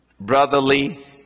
Brotherly